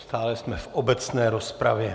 Stále jsme v obecné rozpravě.